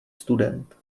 student